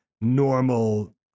normal